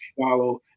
follow